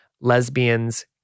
Lesbians